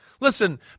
Listen